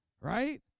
right